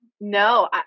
No